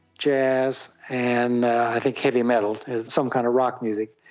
jazz, and i think heavy metal, some kind of rock music.